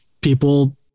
people